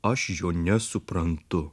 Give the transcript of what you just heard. aš jo nesuprantu